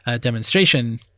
demonstration